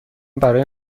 برای